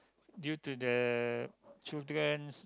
due to the children